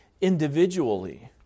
individually